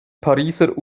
pariser